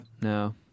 No